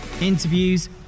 interviews